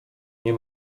nie